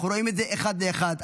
אנחנו רואים את זה אחד לאחד.